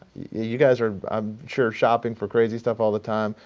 you guys are, i'm sure, shopping for crazy stuff all the time.